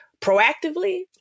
proactively